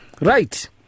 Right